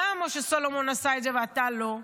למה משה סולומון עשה את זה ואתה לא?